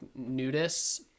nudists